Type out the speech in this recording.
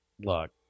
look